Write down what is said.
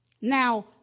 Now